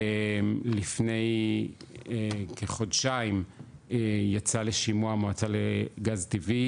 לפני כחודשיים יצא לשימוע המועצה לגז טבעי,